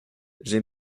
j’ai